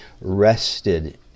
rested